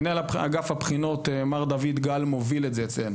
מנהל אגף הבחינות, מר דויד גל, מוביל את זה אצלנו.